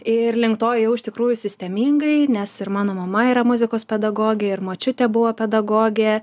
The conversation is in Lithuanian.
ir link to ėjau iš tikrųjų sistemingai nes ir mano mama yra muzikos pedagogė ir močiutė buvo pedagogė